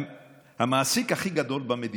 זה המעסיק הכי גדול במדינה,